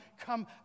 come